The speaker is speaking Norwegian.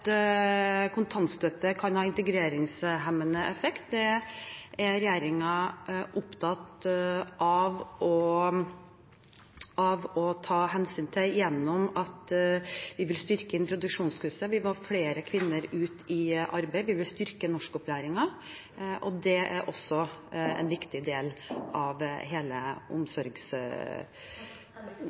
kontantstøtte kan ha en integreringshemmende effekt, er regjeringen opptatt av å ta hensyn til gjennom å styrke introduksjonskurset. Vi vil ha flere kvinner i arbeid, og vi vil styrke norskopplæringen. Det er også en viktig del av hele